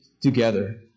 together